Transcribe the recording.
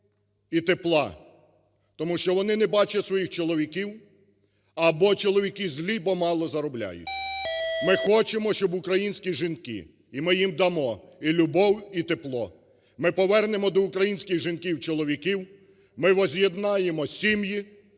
Тому що вони не бачать своїх чоловіків або чоловіки злі, бо мало заробляють. Ми хочемо, щоб українські жінки, і ми їм дамо і любов, і тепло, ми повернемо до українських жінок чоловіків, ми возз'єднаємо сім'ї,